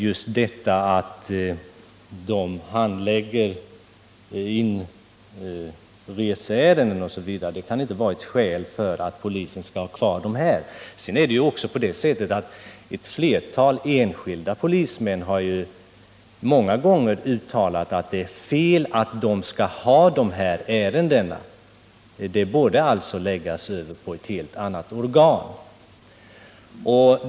Jag tror inte att just handläggandet av t.ex. inreseärenden är tillräckligt skäl för att polisen skall fortsätta att sköta de här ärendena. Enskilda polismän har också ofta uttalat att det är fel att de skall ha hand om de här uppgifterna. Ett helt annat organ borde alltså sköta dessa ärenden.